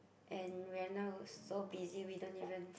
and we're now so busy we don't even